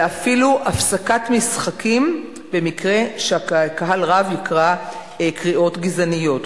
ואפילו הפסקת משחקים במקרה שקהל רב יקרא קריאות גזעניות.